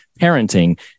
parenting